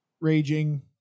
raging